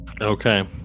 okay